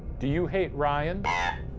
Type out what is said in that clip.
do you hate ryan? yeah